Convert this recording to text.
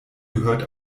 gehört